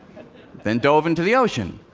then dove into the ocean.